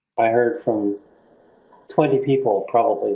i heard from twenty people probably